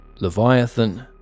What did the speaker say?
Leviathan